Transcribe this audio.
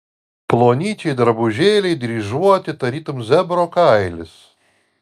plonyčiai drabužėliai dryžuoti tarytum zebro kailis